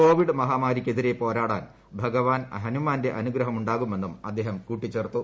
Covid മഹാമാരിക്കെത്തിർ പോരാടാൻ ഭഗവാൻ ഹനുമാന്റെ അനുഗ്രഹമുണ്ടാകുമെന്നും അദ്ദേഹം കൂട്ടിച്ചേർത്തു